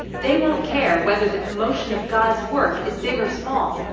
they won't care whether the commotion of god's work is big or small,